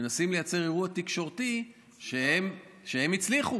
מנסים לייצר אירוע תקשורתי שהם הצליחו,